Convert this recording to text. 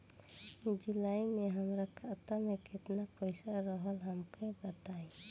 जुलाई में हमरा खाता में केतना पईसा रहल हमका बताई?